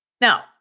Now